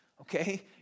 Okay